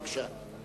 בבקשה.